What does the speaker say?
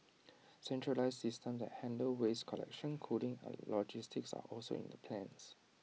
centralised systems that handle waste collection cooling and logistics are also in the plans